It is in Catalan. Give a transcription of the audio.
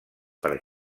per